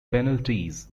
penalties